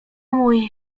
mój